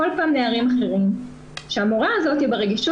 כל פעם נערים אחרים שהמורה הזאת ברגישות